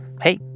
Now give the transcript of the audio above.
hey